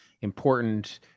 important